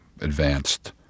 advanced